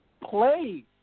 play